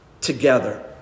Together